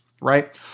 right